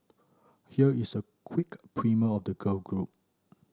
here is a quick primer of the girl group